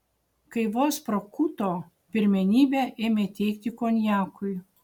kai vos prakuto pirmenybę ėmė teikti konjakui